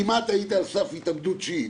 כמעט היית על סף התאבדות שיעית,